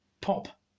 pop